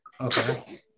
Okay